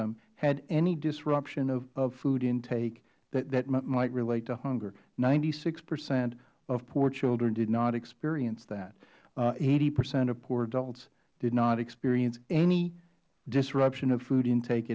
them had any disruption of food intake that might relate to hunger ninety six percent of poor children did not experience that eighty percent of poor adults did not experience any disruption of food intake